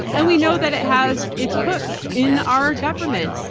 and we know that it has its hooks in our government.